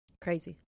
Crazy